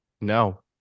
No